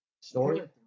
Story